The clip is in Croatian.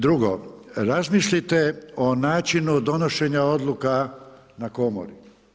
Drugo, razmislite o načinu donošenja odluka na komori.